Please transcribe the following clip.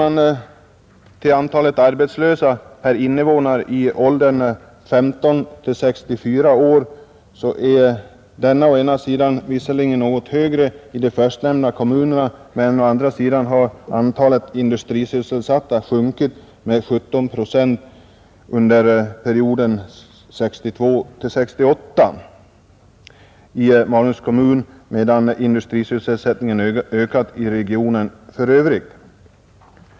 Antalet arbetslösa per invånare i åldern 15—64 år är å ena sidan visserligen något större i de förstnämnda kommunerna men å andra sidan har antalet industrisysselsatta sjunkit med 17 procent under perioden 1962—1968 i Malungs kommun medan industrisysselsättningen ökat i regionen för övrigt.